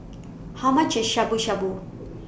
How much IS Shabu Shabu